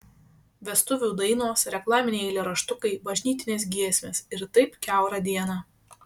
vestuvių dainos reklaminiai eilėraštukai bažnytinės giesmės ir taip kiaurą dieną